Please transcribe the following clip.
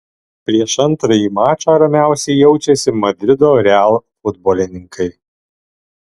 prieš antrąjį mačą ramiausiai jaučiasi madrido real futbolininkai